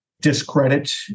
discredit